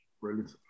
Brilliant